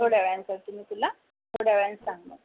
थोड्या वेळानं करते मी तुला थोड्या वेळानं सांग मग